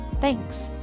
Thanks